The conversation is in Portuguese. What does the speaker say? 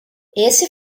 esse